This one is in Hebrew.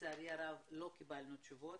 לצערי הרב לא קיבלנו תשובות.